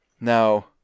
Now